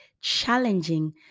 challenging